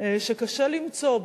שקשה למצוא,